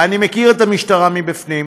ואני מכיר את המשטרה מבפנים,